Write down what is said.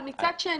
אבל מצד שני,